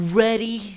ready